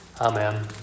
Amen